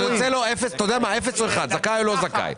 יוצא לו אפס או אחד, זכאי או לא זכאי.